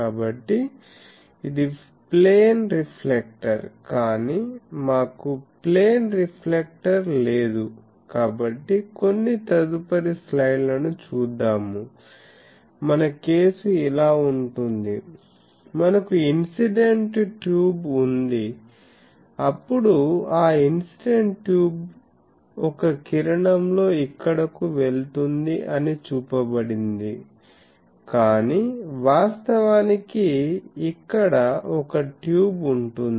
కాబట్టి ఇది ప్లేన్ రిఫ్లెక్టర్కానీ మాకు ప్లేన్ రిఫ్లెక్టర్ లేదు కాబట్టి కొన్ని తదుపరి స్లైడ్ లను చూద్దాము మన కేసు ఇలా ఉంటుంది మనకు ఇన్సిడెంట్ ట్యూబ్ ఉంది అప్పుడు ఆ ఇన్సిడెంట్ ట్యూబ్ ఒక కిరణంలో ఇక్కడకు వెళ్తుంది అని చూపబడింది కానీ వాస్తవానికి ఇక్కడ కూడా ట్యూబ్ ఉంటుంది